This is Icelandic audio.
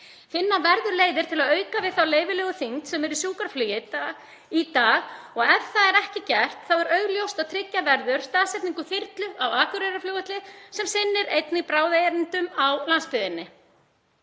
Finna verður leiðir til að auka við leyfilega þyngd í sjúkraflugi í dag. Ef það er ekki gert er augljóst að tryggja verður staðsetningu þyrlu á Akureyrarflugvelli sem sinnir einnig bráðaerindum á landsbyggðinni.